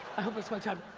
i hope it's my timer.